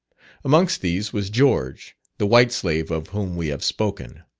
amongst these was george, the white slave of whom we have spoken.